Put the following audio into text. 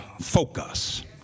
focus